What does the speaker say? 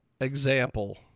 example